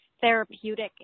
therapeutic